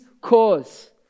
cause